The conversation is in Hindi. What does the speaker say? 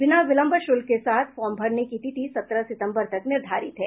बिना विलंब शुल्क के साथ फार्म भरने की तिथि सत्रह सितम्बर तक निर्धारित है